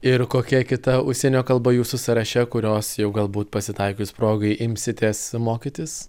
ir kokia kita užsienio kalba jūsų sąraše kurios jau galbūt pasitaikius progai imsitės mokytis